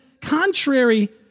contrary